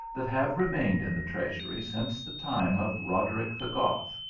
that have remained in the treasury since the time of roderick the goth.